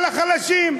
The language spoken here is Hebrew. על החלשים.